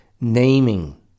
naming